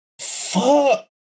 fuck